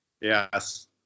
Yes